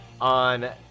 On